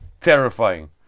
terrifying